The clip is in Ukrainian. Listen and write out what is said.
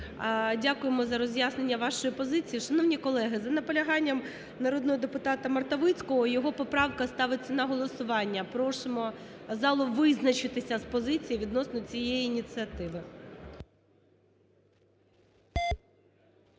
Дякуємо за роз'яснення вашої позиції. Шановні колеги, за наполяганням народного депутата Мартовицького його поправка ставиться на голосування. Просимо зал визначитися з позицією відносно цієї ініціативи.